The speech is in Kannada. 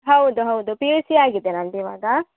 ಹೌದು ಹೌದು ಪಿ ಯು ಸಿ ಆಗಿದೆ ನಂದು ಇವಾಗ